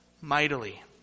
mightily